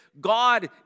God